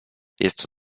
jest